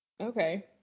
Okay